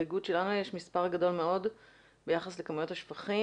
באיגוד שלנו יש מספר גדול מאוד ביחס לכמויות השפכים.